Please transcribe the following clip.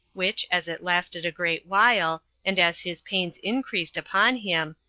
which, as it lasted a great while, and as his pains increased upon him,